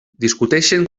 discuteixen